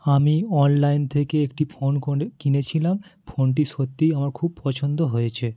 আমি অনলাইন থেকে একটি ফোন করে কিনেছিলাম ফোনটি সত্যিই আমার খুব পছন্দ হয়েছে